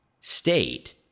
state